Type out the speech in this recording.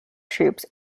troops